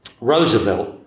Roosevelt